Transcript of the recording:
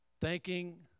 thanking